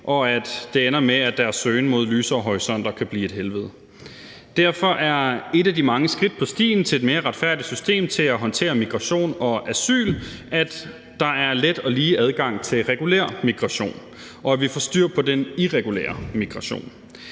at deres søgen mod lysere horisonter kan blive et helvede. Derfor er et af de mange skridt på stien på vej mod et mere retfærdigt system til at håndtere migration og asyl, at der er let og lige adgang til regulær migration, og at vi får styr på den irregulære migration.